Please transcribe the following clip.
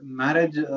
marriage